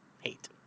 Hate